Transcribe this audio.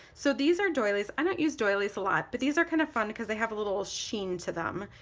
so these are doilies, i don't use doilies a lot, but these are kind of fun because they have a little sheen to them,